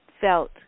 felt